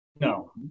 No